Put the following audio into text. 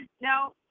No